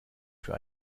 für